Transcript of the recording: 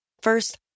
First